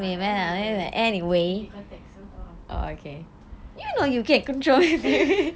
anyway need context